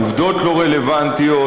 העובדות לא רלוונטיות,